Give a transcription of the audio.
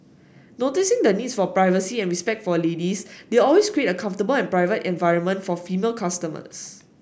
noticing the needs for privacy and respect for ladies they always create a comfortable and private environment for female customers